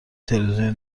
تلویزیونی